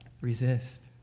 Resist